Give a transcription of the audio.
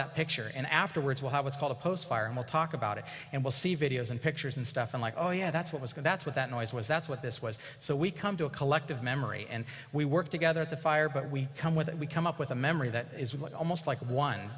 that picture and afterwards we have what's called a post fire and we'll talk about it and we'll see videos and pictures and stuff and like oh yeah that's what was going that's what that noise was that's what this was so we come to a collective memory and we work together the fire but we come with it we come up with a memory that is what almost like one